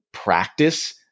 practice